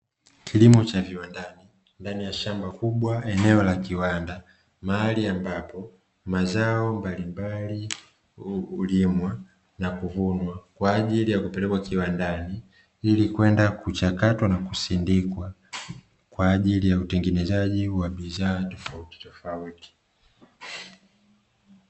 Kilimo cha viwandani ndani ya shamba kubwa, eneo la kiwanda mahali ambapo mazao mbalimbali hulimwa na kuvunwa kwa ajili ya kupelekwa kiwandani ili kwenda kuchakatwa na kusindikwa kwa ajili ya utengenezaji wa bidhaa tofauti tofauti.